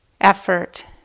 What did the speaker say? effort